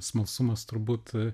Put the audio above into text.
smalsumas turbūt